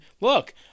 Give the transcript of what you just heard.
look